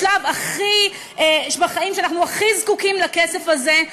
לשלב בחיים שבו אנחנו הכי זקוקים לכסף הזה,